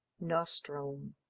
nostrum